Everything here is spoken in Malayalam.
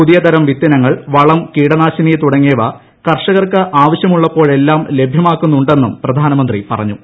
പുതിയതരം വിത്തിനങ്ങൾ വളം കീടനാശിനി തുടങ്ങിയവ കർഷകർക്ക് ആവശ്യമുള്ളപ്പോഴെല്ലാം ലഭ്യമാകുന്നുണ്ടെന്നും പ്രധാനമന്ത്രി പറഞ്ഞു